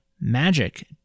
magic